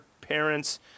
parents